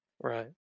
Right